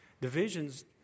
Divisions